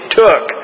took